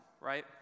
right